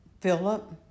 Philip